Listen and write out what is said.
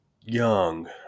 Young